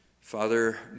Father